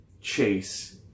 chase